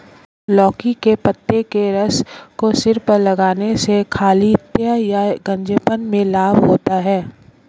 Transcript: लौकी के पत्ते के रस को सिर पर लगाने से खालित्य या गंजेपन में लाभ होता है